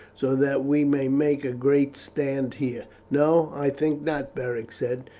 so that we may make a great stand here? no, i think not, beric said.